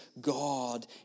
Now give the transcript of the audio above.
God